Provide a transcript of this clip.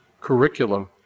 curriculum